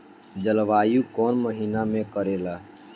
जलवायु कौन महीना में करेला?